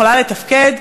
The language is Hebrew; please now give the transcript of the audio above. יכולה לתפקד,